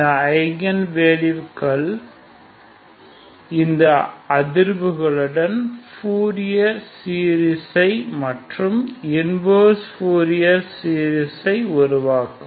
இந்த ஐகன் வேல்யூகள் இந்த அதிர்வுகளுடன் ஃப்பூரியர் சீரீசை மற்றும் இன்வர்ஸ் ஃப்பூரியர் டிரான்ஸ்பார்மை ஐ உருவாக்கும்